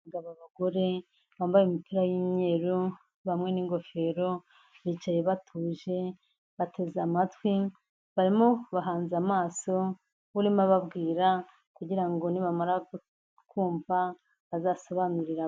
Abagabo, abagore bambaye imipira y'umweru, bamwe n'ingofero, bicaye batuje bateze amatwi, barimo bahanze amaso, urimo ababwira kugira ngo nibamara kumva bazasobanurire abandi.